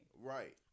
Right